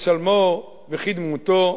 כצלמו וכדמותו,